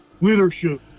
Leadership